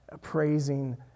praising